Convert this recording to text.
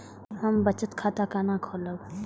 हम बचत खाता केना खोलैब?